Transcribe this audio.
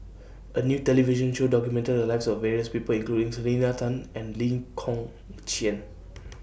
A New television Show documented The Lives of various People including Selena Tan and Lee Kong Chian